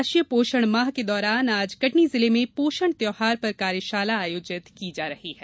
राष्ट्रीय पोषण माह के दौरान आज कटनी जिले में पोषण त्यौहार पर कार्यशाला आयोजित की जा रही है